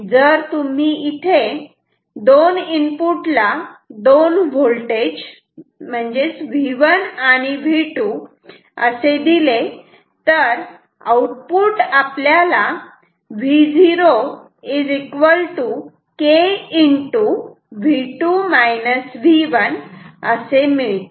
जर तुम्ही इथे 2 इनपुट ला दोन व्होल्टेज V1 आणि V2 असे दिले तर आउटपुट आपल्याला Vo kV2 - V1 असे मिळते